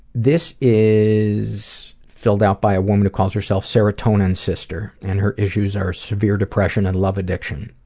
this is filled out by a woman who calls herself serotonin sister and her issues are severe depression and love addiction.